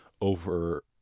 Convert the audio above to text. over